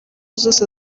zose